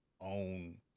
own